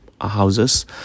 houses